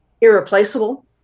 irreplaceable